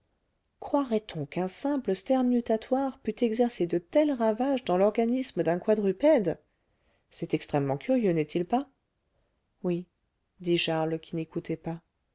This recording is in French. croirait-on qu'un simple sternutatoire pût exercer de tels ravages dans l'organisme d'un quadrupède c'est extrêmement curieux n'est-il pas vrai oui dit charles qui n'écoutait pas